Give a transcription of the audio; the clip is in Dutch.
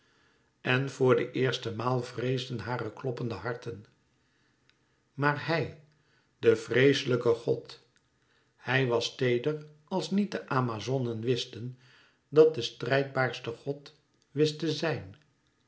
en voor de eerste maal vreesden hare kloppende harten maar hij de vreeslijke god hij was teeder als niet de amazonen wisten dat de strijdbaarste god wist te zijn